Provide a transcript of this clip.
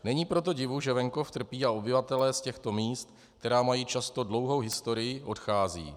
Není proto divu, že venkov trpí a obyvatelé z těchto míst, která mají často dlouhou historii, odcházejí.